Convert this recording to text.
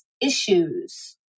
issues